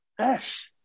Ash